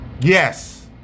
Yes